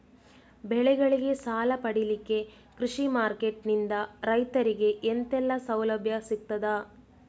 ಬೆಳೆಗಳಿಗೆ ಸಾಲ ಪಡಿಲಿಕ್ಕೆ ಕೃಷಿ ಮಾರ್ಕೆಟ್ ನಿಂದ ರೈತರಿಗೆ ಎಂತೆಲ್ಲ ಸೌಲಭ್ಯ ಸಿಗ್ತದ?